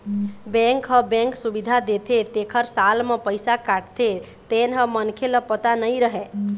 bank ह bank सुबिधा देथे तेखर साल म पइसा काटथे तेन ह मनखे ल पता नइ रहय